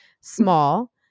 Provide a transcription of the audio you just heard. small